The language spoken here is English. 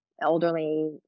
elderly